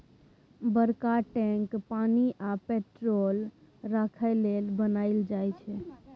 बरका टैंक पानि आ पेट्रोल राखय लेल बनाएल जाई छै